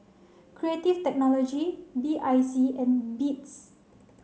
Creative Technology B I C and Beats